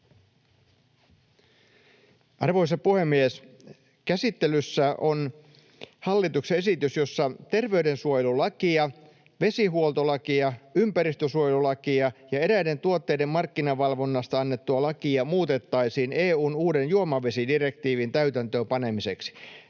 Arvoisa puhemies! Käsittelyssä on hallituksen esitys, jossa terveydensuojelulakia, vesihuoltolakia, ympäristösuojelulakia ja eräiden tuotteiden markkinavalvonnasta annettua lakia muutettaisiin EU:n uuden juomavesidirektiivin täytäntöön panemiseksi.